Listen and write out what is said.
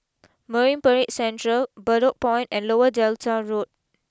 Marine Parade Central Bedok Point and Lower Delta Road